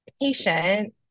patient